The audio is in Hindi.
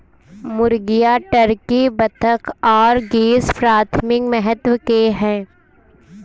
मुर्गियां, टर्की, बत्तख और गीज़ प्राथमिक महत्व के हैं